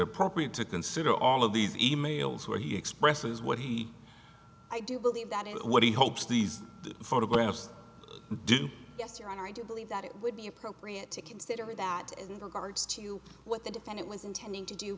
appropriate to consider all of these e mails where he expresses what he i do believe that what he hopes these photographs do yes your honor i do believe that it would be appropriate to consider that as regards to what the defendant was intending to do